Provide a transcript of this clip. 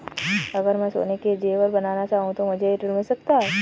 अगर मैं सोने के ज़ेवर बनाना चाहूं तो मुझे ऋण मिल सकता है?